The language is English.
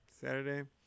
Saturday